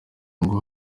ngo